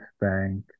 Bank